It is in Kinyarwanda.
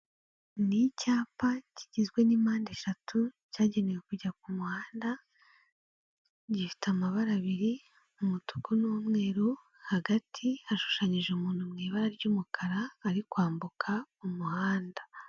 Ni icyapa kigizwe n'impande eshatu cyagenewe kujya ku muhanda, gifite amabara abiri; umutuku n'umweru, hagati hashushanyije umuntu mu ibara ry'umukara ari kwambuka umuhanda.